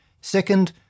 Second